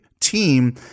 team